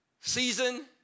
season